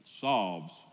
solves